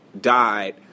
died